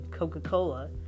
Coca-Cola